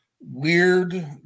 weird